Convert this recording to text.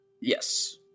Yes